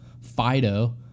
Fido